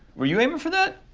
were you aiming for that?